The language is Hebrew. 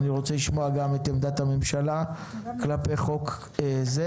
אני רוצה לשמוע גם את עמדת הממשלה כלפי חוק זה.